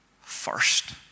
first